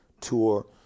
tour